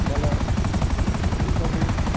ବଲେ ଇସବୁ